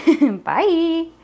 Bye